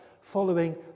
following